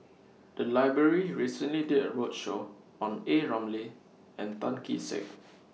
The Library recently did A roadshow on A Ramli and Tan Kee Sek